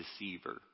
deceiver